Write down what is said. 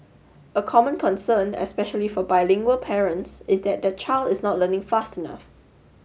a common concern especially for bilingual parents is that their child is not learning fast enough